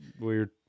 Weird